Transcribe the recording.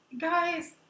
guys